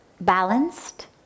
balanced